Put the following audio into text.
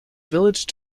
village